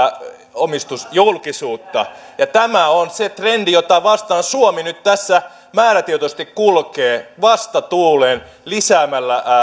omistusjulkisuutta tämä on se trendi jota vastaan suomi nyt tässä määrätietoisesti kulkee vastatuuleen lisäämällä